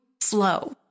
flow